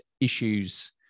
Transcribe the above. issues